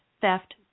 theft